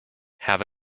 have